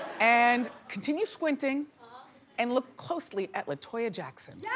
and continue squinting and look closely at latoya jackson. yeah